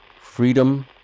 freedom